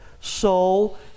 soul